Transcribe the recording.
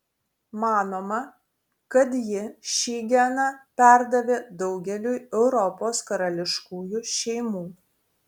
manoma kad ji šį geną perdavė daugeliui europos karališkųjų šeimų